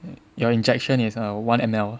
your injection is err one M_L